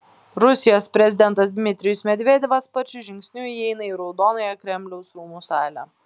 rusijos prezidentas dmitrijus medvedevas sparčiu žingsniu įeina į raudonąją kremliaus rūmų salę